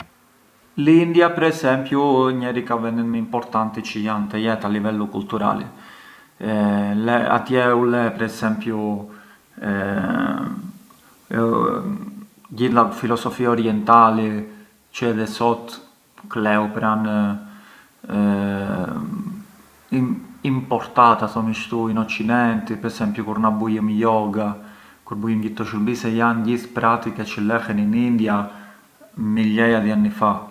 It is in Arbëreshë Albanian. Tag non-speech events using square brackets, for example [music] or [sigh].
L’India per esempiu ë njeri te vendet më importanti a livellu culturali çë kemi te jeta, atje u le per esempiu [hesitation] gjithë la filosofia orientali çë edhe sot kleu pranë imp…importata thomi shtu in occidente, kur per esempi una bujëm yoga e gjithë këto shurbise ato jan pratiche çë lehen in India migliaia di anni fa.